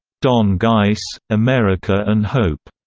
don geiss, america and hope,